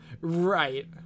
Right